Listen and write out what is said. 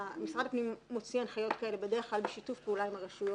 משרד הפנים מוציא הנחיות כאלה בדרך כלל בשיתוף פעולה עם הרשויות.